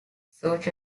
search